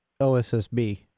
OSSB